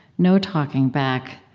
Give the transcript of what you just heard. no talking back,